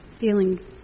feeling